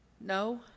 No